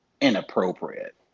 inappropriate